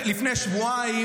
לפני שבועיים,